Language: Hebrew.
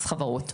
מס חברות.